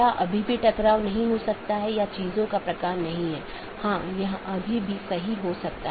तो AS1 में विन्यास के लिए बाहरी 1 या 2 प्रकार की चीजें और दो बाहरी साथी हो सकते हैं